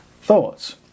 thoughts